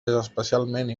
especialment